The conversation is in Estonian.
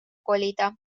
kolida